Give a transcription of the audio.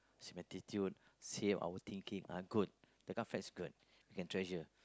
same attitude say our thinking uh good that kind of friend is good can treasure